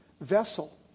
vessel